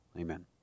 Amen